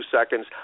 seconds